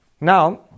Now